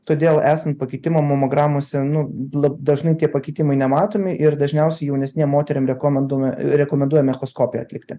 todėl esant pakitimam mamogramose nu la dažnai tie pakitimai nematomi ir dažniausia jaunesnėm moterim rekomendome rekomenduojame echoskopiją atlikti